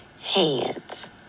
hands